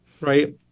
right